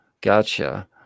Gotcha